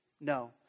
No